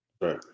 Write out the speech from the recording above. Right